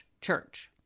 church